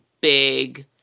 big